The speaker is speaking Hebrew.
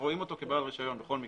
רואים אותו כבעל רישיון בכל מקרה.